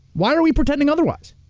why are we pretending otherwise?